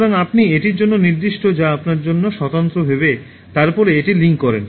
সুতরাং আপনি এটির জন্য নির্দিষ্ট যা আপনার জন্য স্বতন্ত্র ভেবে তারপরে এটি লিঙ্ক করেন